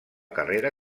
carrera